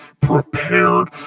prepared